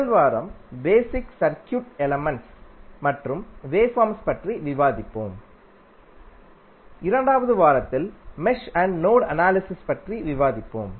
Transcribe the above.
முதல் வாரம் basic circuit elements மற்றும் வேவ்பார்ம்ஸ் பற்றி விவாதிப்போம் 2 வது வாரத்தில் மெஷ் அண்ட் நோடு அனாலிஸிஸ் பற்றி விவாதிப்போம்